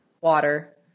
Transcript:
water